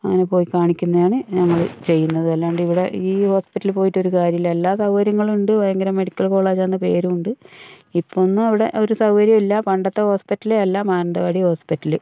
അങ്ങനെ പോയി കാണിക്കുന്നയാണ് ഞങ്ങൾ ചെയ്യുന്നത് അല്ലാണ്ട് ഇവിടെ ഈ ഹോസ്പിറ്റലിൽ പോയിട്ട് ഒരു കാര്യവുമില്ല എല്ലാ സൗകര്യങ്ങളും ഉണ്ട് ഭയങ്കര മെഡിക്കൽ കോളേജ് എന്നു പേരും ഉണ്ട് ഇപ്പോൾ ഒന്നും അവിടെ ഒരു സൗകര്യവുമില്ല പണ്ടത്തെ ഹോസ്പിറ്റലേയല്ല മാനന്തവാടി ഹോസ്പിറ്റല്